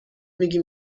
میگی